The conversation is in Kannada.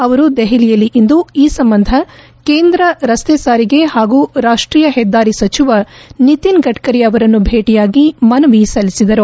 ಅವರು ದೆಹಲಿಯಲ್ಲಿಂದು ಈ ಸಂಬಂಧ ಕೇಂದ್ರ ರಸ್ತೆ ಸಾರಿಗೆ ಹಾಗೂ ರಾಷ್ಟೀಯ ಹೆದ್ದಾರಿ ಸಚಿವ ನಿತಿನ್ ಗಡ್ಕರಿ ಅವರನ್ನು ಭೇಟಿಯಾಗಿ ಮನವಿ ಸಲ್ಲಿಸಿದರು